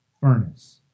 furnace